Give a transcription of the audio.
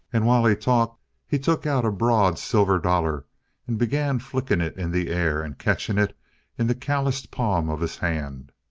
and while he talked he took out a broad silver dollar and began flicking it in the air and catching it in the calloused palm of his hand.